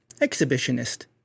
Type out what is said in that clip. exhibitionist